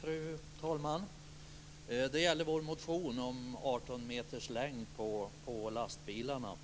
Fru talman! Det gäller vår motion om 18 meters längd för lastbilar.